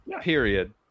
Period